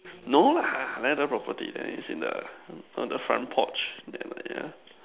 no lah landed property which is in the with the front porch